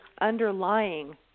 underlying